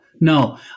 no